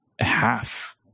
half